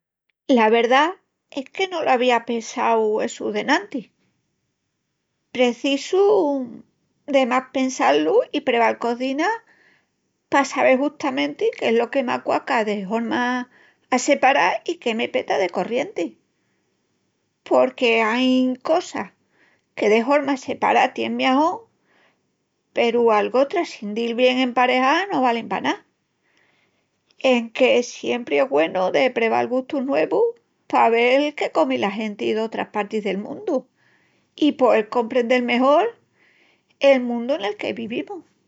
La verdá es que no lo avía pensau essu d'enantis. Precisu de más pensá-lu i preval cozinas pa sabel justamenti qu'es lo que m'aquaca de horma assepará i qué me peta de corrienti, porque ain cosas que de horma assepará tien miajón peru algotras sin dil bien emparejás no valin pa ná. Enque siempri es güenu de preval gustus nuevus pa vel que comi la genti d'otras partis del mundu i poel comprendel mejol en mundu nel que vivimus.